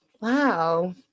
Wow